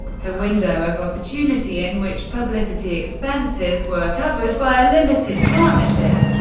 for window of opportunity, in which publicity expenses were covered by a limited partnership.